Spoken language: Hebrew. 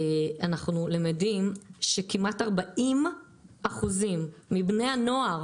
אנחנו למדים שכמעט 40% מבני הנוער